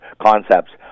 concepts